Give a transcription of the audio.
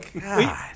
God